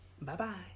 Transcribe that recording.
Bye-bye